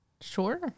sure